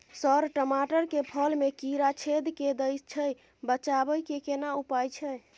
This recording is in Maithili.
सर टमाटर के फल में कीरा छेद के दैय छैय बचाबै के केना उपाय छैय?